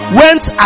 went